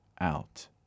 out